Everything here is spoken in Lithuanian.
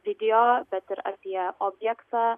video bet ir apie objektą